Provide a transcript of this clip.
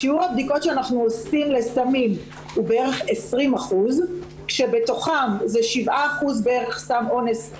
שיעור הבדיקות שאנחנו עושים לסמים הוא בערך 20%. מתוכם בערך 7% סם אונס,